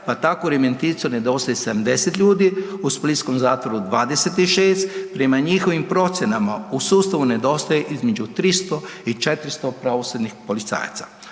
pa tako u Remetincu nedostaje 70 ljudi u splitskom zatvoru 26. prema njihovim procjenama u sustavu nedostaje između 300 i 400 pravosudnih policajaca.